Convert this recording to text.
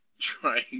trying